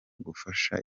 gufasha